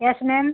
yes ma'am